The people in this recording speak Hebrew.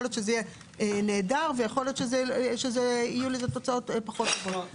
יכול להיות שזה יהיה נהדר ויכול להיות שיהיו לזה תוצאות פחות טובות.